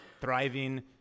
thriving